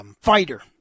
fighter